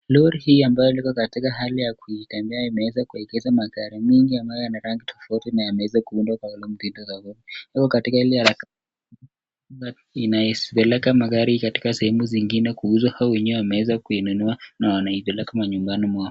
Lori hii ambayo liko katika hali ya kuitengeneza imeweza kuwekeza magari nyingi ambayo ana rangi tofauti na ameweza kuundwa kwa ile mtindo zao. Katika ile harakati inaweza kuoekeka magari kwa sehemu zingine kuuzwa su wenyewe wameweza kuinunua na wanaipeleka nyumbani mwao.